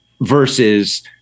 versus